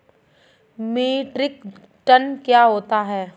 Metric ton क्या होता है?